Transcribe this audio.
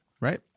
Right